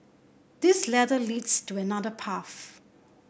this ladder leads to another path